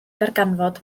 darganfod